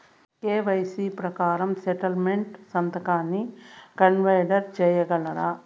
KYC ప్రకారం specimen సంతకాన్ని consider సేయగలరా?